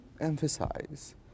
emphasize